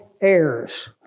heirs